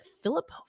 Philip